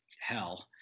hell